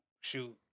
shoot